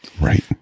Right